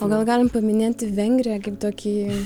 o gal galim paminėti vengriją kaip tokį